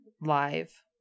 live